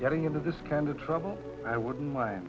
getting into this kind of trouble i wouldn't